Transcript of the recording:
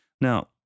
Now